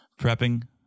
prepping